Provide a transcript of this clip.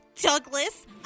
Douglas